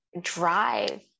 drive